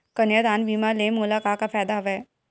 कन्यादान बीमा ले मोला का का फ़ायदा हवय?